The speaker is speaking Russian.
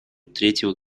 третьего